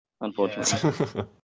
unfortunately